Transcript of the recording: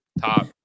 top